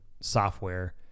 software